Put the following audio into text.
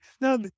Now